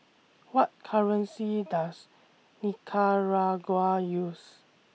What currency Does Nicaragua use